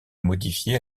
modifiées